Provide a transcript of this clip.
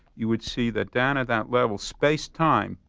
you would see that down at that level, space, time,